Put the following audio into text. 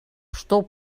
что